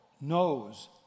knows